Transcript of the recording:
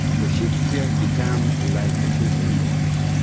so shakespeare becomes like a children's book to me.